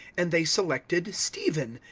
and they selected stephen,